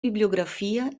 bibliografia